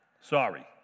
Sorry